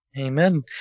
Amen